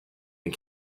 and